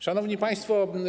Szanowni Państwo!